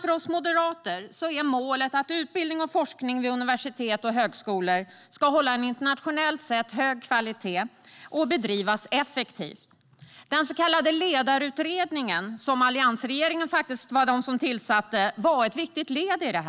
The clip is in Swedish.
För oss moderater är målet att utbildning och forskning vid universitet och högskolor ska hålla en internationellt sett hög kvalitet och bedrivas effektivt. Den så kallade Ledningsutredningen, som alliansregeringen tillsatte, var ett viktigt led i detta.